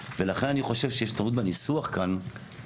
לכן אני חושב שיש טעות בניסוח כאן שבעצם